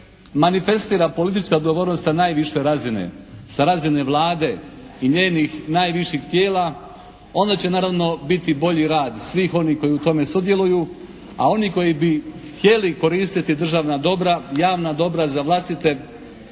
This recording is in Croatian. manifestira politička odgovornost sa najviše razine, sa razine Vlade i njenih najviših tijela, onda će naravno biti bolji rad svih onih koji u tome sudjeluju, a oni koji bi htjeli koristiti državna dobra, javna dobra za vlastite